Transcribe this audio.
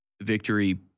victory